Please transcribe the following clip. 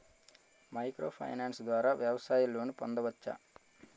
Micro finance ద్వారా వ్యవసాయ loan పొందవచ్చా?